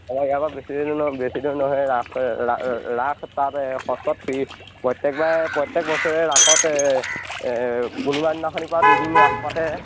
ইয়াৰ পৰা বেছি দূৰ নহয় বেছি দূৰ নহয় ৰাস ৰাস তাত সত্ৰত প্ৰত্যেকবাৰে প্ৰত্যেক বছৰে ৰাসত পূৰ্ণিমা দিনাখনি পৰা দুদিন ৰাস পাতে